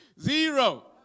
Zero